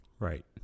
Right